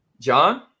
John